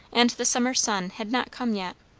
and the summer sun had not come yet.